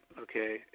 okay